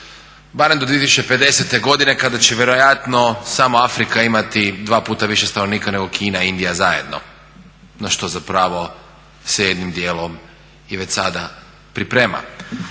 barem do 2050.godine kada će vjerojatno samo Afrika imati dva puta više stanovnika nego Kina i Indija zajedno, no što zapravo se jednim djelom i već sada priprema.